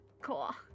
Cool